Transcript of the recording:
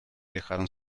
dejaron